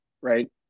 right